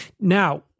Now